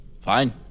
Fine